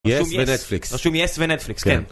יס ונטפליקס. רשום יאס ונטפליקס, כן.